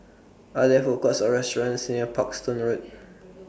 Are There Food Courts Or restaurants near Parkstone Road